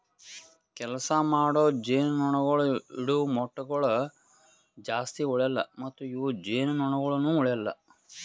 ಕೆಲಸ ಮಾಡೋ ಜೇನುನೊಣಗೊಳ್ ಇಡವು ಮೊಟ್ಟಗೊಳ್ ಜಾಸ್ತಿ ಉಳೆಲ್ಲ ಮತ್ತ ಇವು ಜೇನುನೊಣಗೊಳನು ಉಳೆಲ್ಲ